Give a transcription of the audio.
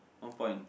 one point